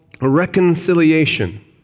reconciliation